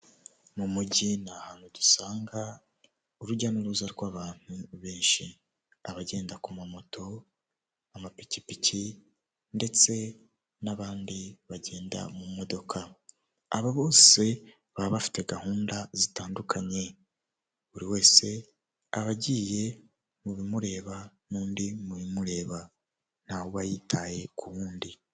Mu mujyi ni ahantu dusanga urujya n'uruza rw'abantu benshi, abagenda ku ma moto amapikipiki ndetse n'abandi bagenda mu modoka. Aba bose baba bafite gahunda zitandukanye buri wese aba agiye mu bimureba n'undi mubi bimureba ntawe uba yitaye ku w'undi.